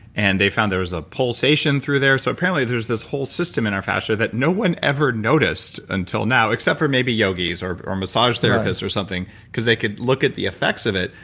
and they found there was a pulsation through there so apparently, there's this whole system in our fascia that no one ever noticed until now except for maybe yogis yeah or or massage therapists or something, because they could look at the effects of it.